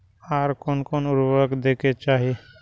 आर कोन कोन उर्वरक दै के चाही?